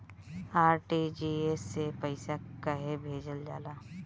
RTGS से पइसा कहे भेजल जाला?